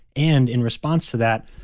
and in response to that,